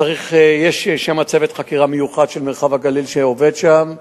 יש שם צוות חקירה מיוחד של מרחב הגליל, שעובד שם.